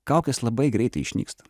kaukės labai greitai išnyksta